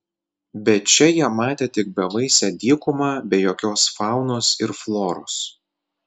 bet čia jie matė tik bevaisę dykumą be jokios faunos ir floros